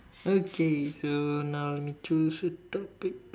okay so now let me choose the topic